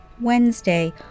Wednesday